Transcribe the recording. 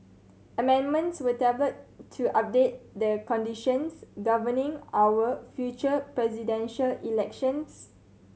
amendments were tabled to update the conditions governing our future presidential elections